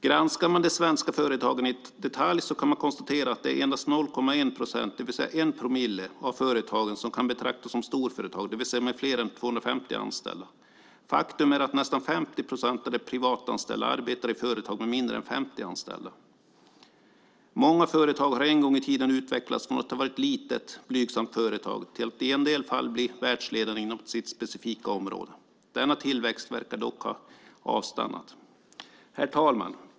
Granskar man de svenska företagen i detalj kan man konstatera att det är endast 0,1 procent, alltså 1 promille, av företagen som kan betraktas som storföretag, det vill säga har fler än 250 anställda. Faktum är att nästan 50 procent av de privatanställda arbetar i företag med mindre än 50 anställda. Många företag har en gång i tiden utvecklats från att ha varit ett litet blygsamt företag till att i en del fall bli världsledande inom sitt specifika område. Denna tillväxt verkar dock ha avstannat. Herr talman!